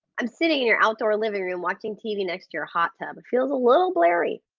i'm sitting in your outdoor living room watching tv next to your hot tub, it feels a little blairy.